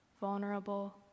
vulnerable